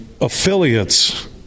affiliates